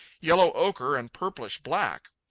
yellow ochre, and purplish black.